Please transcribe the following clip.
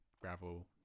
gravel